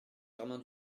germain